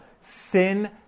sin